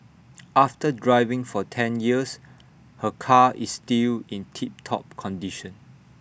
after driving for ten years her car is still in tip top condition